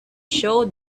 show